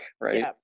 right